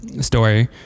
story